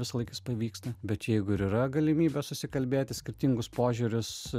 visąlaik jis pavyksta bet jeigu ir yra galimybė susikalbėti skirtingus požiūrius